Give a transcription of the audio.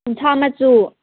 ꯎꯟꯁꯥ ꯃꯆꯨ